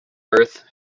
birth